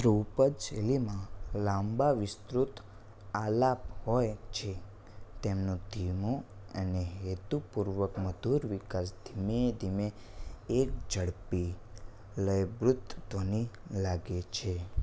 ધ્રુપદ શૈલીમાં લાંબા વિસ્તૃત આલાપ હોય છે તેમનો ધીમો અને હેતુપૂર્વક મધુર વિકાસ ધીમે ધીમે એક ઝડપી લયબુદ્ધ ધ્વનિ લાગે છે